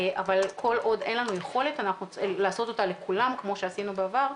אבל כל עוד אין לנו יכולת לעשות אותה לכולם כמו שעשינו בעבר,